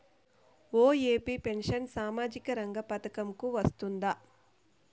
OAP pension సామాజిక రంగ పథకం కు వస్తుందా?